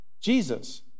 jesus